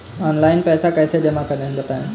Online पैसा कैसे जमा करें बताएँ?